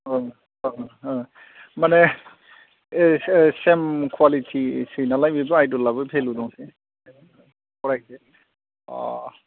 औ औ माने सेम कुवालिटि नालाय आइद'लाबो भेलु दंसै फरायदो अ